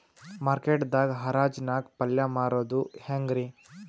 Market ದಾಗ್ ಹರಾಜ್ ನಾಗ್ ಪಲ್ಯ ಮಾರುದು ಹ್ಯಾಂಗ್ ರಿ?